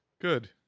Good